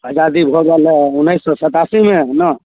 आजादी हो गेलै उन्नीस सतासीमे है ने